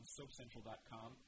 SoapCentral.com